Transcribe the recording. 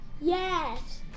Yes